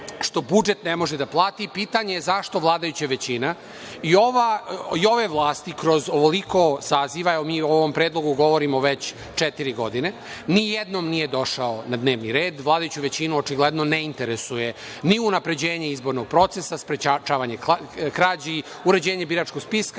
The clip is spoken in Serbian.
što budžet ne može da plati i pitanje je zašto vladajuća većina i ove vlasti kroz ovoliko saziva, evo mi o ovom predlogu govorimo već četiri godine, nijednom nije došao na dnevni red. Vladajuću većinu očigledno ne interesuje ni unapređenje izbornog procesa, sprečavanje krađi, uređenje biračkog spiska,